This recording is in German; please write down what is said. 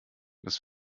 das